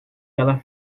ela